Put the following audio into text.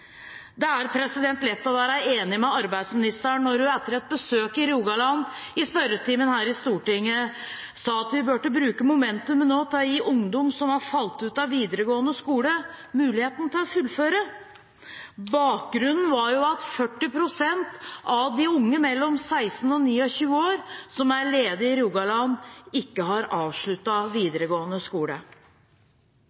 Det er lett å være enig med arbeidsministeren når hun etter et besøk i Rogaland sa i spørretimen her i Stortinget at vi burde bruke momentumet nå til å gi ungdom som har falt ut av videregående skole, muligheten til å fullføre. Bakgrunnen var at 40 pst. av de unge mellom 16 og 29 år som er ledige i Rogaland, ikke har